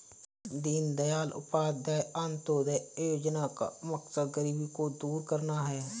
दीनदयाल उपाध्याय अंत्योदय योजना का मकसद गरीबी को दूर करना है